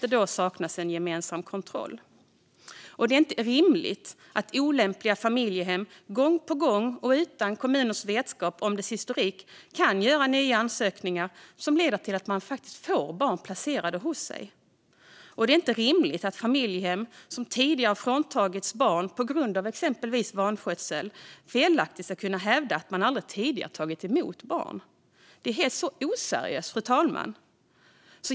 Det saknas en gemensam kontroll. Det är inte rimligt att olämpliga familjehem gång på gång och utan kommuners vetskap om historiken kan göra nya ansökningar som leder till att de får barn placerade hos sig. Det är heller inte rimligt att familjehem som tidigare har fråntagits barn på grund av exempelvis vanskötsel felaktigt ska kunna hävda att de aldrig tidigare tagit emot barn. Det är oseriöst.